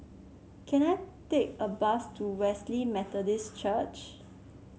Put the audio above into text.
can I take a bus to Wesley Methodist Church